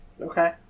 okay